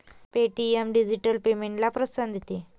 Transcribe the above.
Paytm digital पेमेंट्सला प्रोत्साहन देते